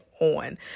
on